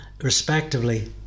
respectively